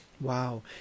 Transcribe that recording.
Wow